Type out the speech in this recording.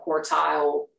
quartile